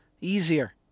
Easier